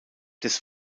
des